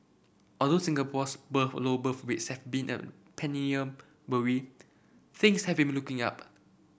although Singapore's birth low birth rates have been a perennial worry things have been looking up